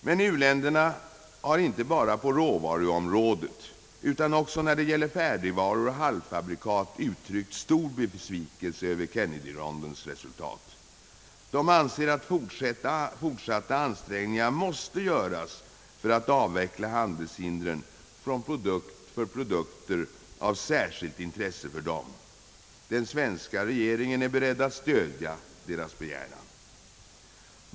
Men u-länderna har inte bara på råvaruområdet utan också när det gäller färdigvaror och halvfabrikat uttryckt stor besvikelse över Kennedyrondens resultat. De anser att fortsatta ansträngningar måste göras för att avveckla handelshindren för produkter av särskilt intresse för dem. Den svenska regeringen är beredd att stödja deras begäran.